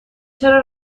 چرا